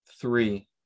three